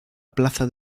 plaza